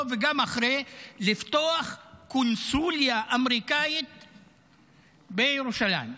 וגם אחרי לפתוח קונסוליה אמריקאית בירושלים,